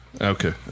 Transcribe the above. Okay